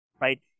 right